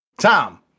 Tom